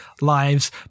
lives